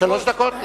שלוש דקות?